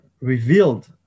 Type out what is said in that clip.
revealed